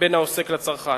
בין העוסק לצרכן.